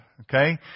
Okay